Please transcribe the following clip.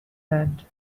hand